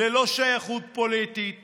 ללא שייכות פוליטית